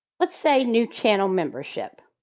let's say new channel membership.